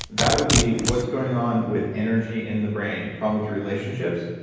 that would be what's going on with energy in the brain. your problem with relationships,